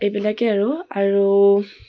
এইবিলাকেই আৰু আৰু